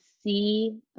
see